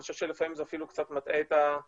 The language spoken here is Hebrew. אני חושב שלפעמים זה אפילו קצת מטעה את הציבור